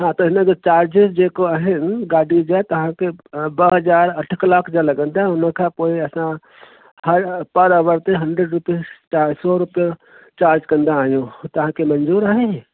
हा त हिन जा चार्जिस जेको आहिनि गाॾी जा तव्हांखे ॿ हज़ार अठ हज़ार जा लॻंदा हुन खां पोएं असां हर हर पर हवर ते हंड्रेड रुपीस चारि सौ रुपया चार्ज कंदा आहियूं तव्हांखे मंज़ूरु आहे